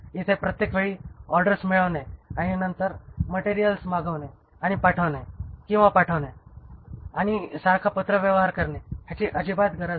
इथे प्रत्येकवेळी ऑर्डर्स मिळवणे आणि नंतर मटेरियल मागवणे किंवा पाठवणे आणि सारखा पत्रव्यवहार करणे ह्याची अजिबात गरज नाही